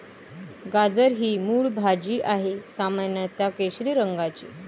गाजर ही मूळ भाजी आहे, सामान्यत केशरी रंगाची